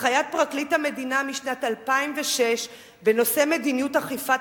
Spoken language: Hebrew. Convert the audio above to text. הנחיית פרקליט המדינה משנת 2006 בנושא מדיניות אכיפת